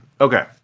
Okay